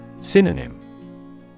Synonym